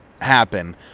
happen